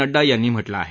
नड्डा यांनी म्हटलं आहे